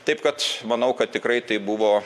taip kad manau kad tikrai tai buvo